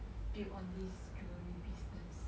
build on this jewellery business